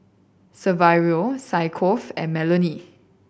Saverio Yaakov and Melony